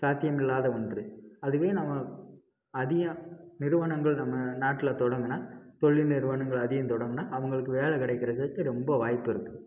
சாத்தியம் இல்லாத ஒன்று அதுவே நம்ம அதிக நிறுவனங்கள் நம்ம நாட்டில் தொடங்கினா தொழில் நிறுவனங்கள் அதிகம் தொடங்கினா அவங்களுக்கு வேலை கிடைக்கிறதுக்கு ரொம்ப வாய்ப்பு இருக்குது